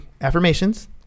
affirmations